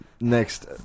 next